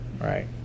Right